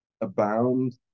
abound